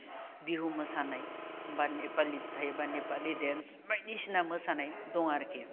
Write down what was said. बिहु मोसानाय बा नेपालि थायोब्ला नेपालि डेन्स बायदिसिना मोसानाय दं आरोकि